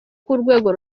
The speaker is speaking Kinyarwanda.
k’urwego